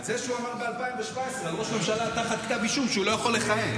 על זה שהוא אמר ב-2017 על ראש ממשלה תחת כתב אישום שהוא לא יכול לכהן.